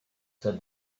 said